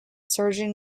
surgeon